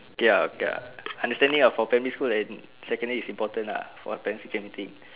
okay uh okay uh understanding ah for primary school and secondary is important lah for parents teacher meeting